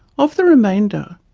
of the remainder,